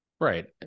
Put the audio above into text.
Right